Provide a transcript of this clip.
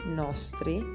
nostri